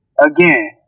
Again